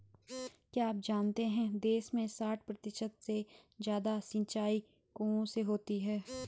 क्या आप जानते है देश में साठ प्रतिशत से ज़्यादा सिंचाई कुओं से होती है?